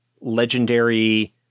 legendary